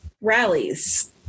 rallies